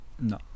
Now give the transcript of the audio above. No